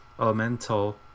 Elemental